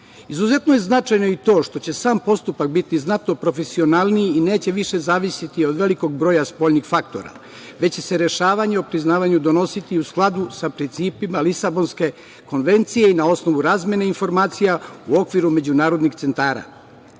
odnose. Izuzetno je značajno i to što će sam postupak biti znatno profesionalniji i neće više zavisiti od velikog broja spoljnih faktora, već će se rešavanje o priznavanju donositi u skladu sa principima Lisabonske konvencije i na osnovu razmene informacija u okviru međunarodnih centara. Još